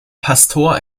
pastor